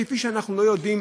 כפי שאנחנו לא יודעים